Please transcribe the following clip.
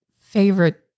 favorite